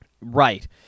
Right